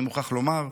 אני מוכרח לומר.